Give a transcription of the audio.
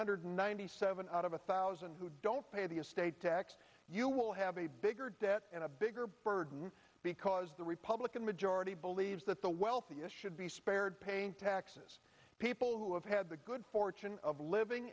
hundred ninety seven out of a thousand who don't pay the estate tax you will have a bigger debt and a bigger burden because the republican majority believes that the wealthiest should be spared paying taxes people who have had the good fortune of living